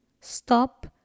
Stop